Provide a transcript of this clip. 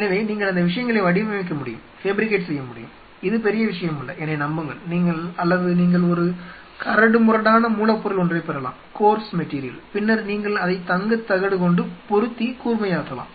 எனவே நீங்கள் அந்த விஷயங்களை வடிவமைக்க முடியும் இது பெரிய விஷயமல்ல என்னை நம்புங்கள் அல்லது நீங்கள் ஒரு கரடுமுரடான மூலப்பொருள் ஒன்றைப் பெறலாம் பின்னர் நீங்கள் அதை தங்கத் தகடு கொண்டு பொருத்தி கூர்மையாக்கலாம்